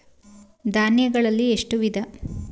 ಧಾನ್ಯಗಳಲ್ಲಿ ಎಷ್ಟು ವಿಧ?